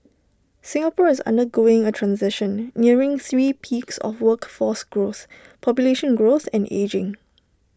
Singapore is undergoing A transition nearing three peaks of workforce growth population growth and ageing